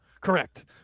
Correct